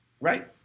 right